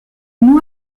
nom